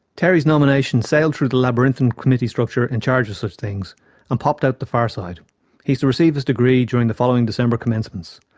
terry's nomination sailed through the labyrinthine committee structure in charge of such things and pops out the far side he's to receive his degree during the following december commencements.